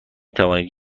توانید